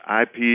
IP